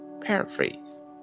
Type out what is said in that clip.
Paraphrase